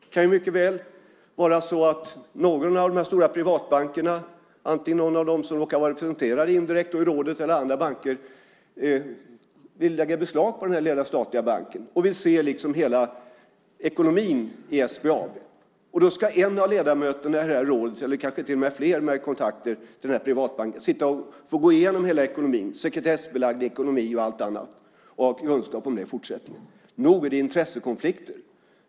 Det kan mycket väl vara så att någon av dessa stora privatbanker, antingen någon av dem som indirekt råkar vara representerade i rådet eller andra banker, vill lägga beslag på denna lilla statliga bank och vill se hela ekonomin i SBAB. Då ska en av ledamöterna i detta råd eller kanske till och med fler med kontakter i denna privatbank sitta och få gå igenom hela ekonomin, sekretessbelagd ekonomi och allt annat, och ha kunskap om detta i fortsättningen. Nog är det intressekonflikter.